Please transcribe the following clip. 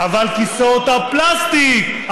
אבל כיסאות הפלסטיק,